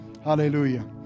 Hallelujah